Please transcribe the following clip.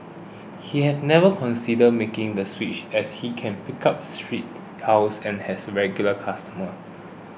he have never considered making the switch as he can pick up street hails and has regular customers